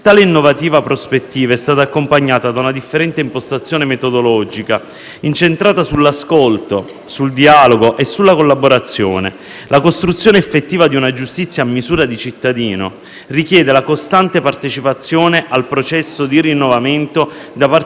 Tale innovativa prospettiva è stata accompagnata da una differente impostazione metodologica, incentrata sull'ascolto, sul dialogo e sulla collaborazione. La costruzione effettiva di una giustizia a misura di cittadino richiede la costante partecipazione al processo di rinnovamento da parte